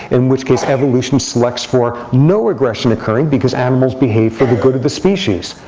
in which case evolution selects for no aggression occurring because animals behave for the good of the species.